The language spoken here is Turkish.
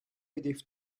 hedefi